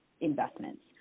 investments